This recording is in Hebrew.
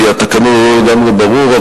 כי התקנון לא לגמרי ברור.